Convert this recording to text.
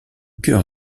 cœur